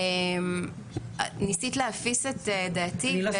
ניסית להפיס את דעתי,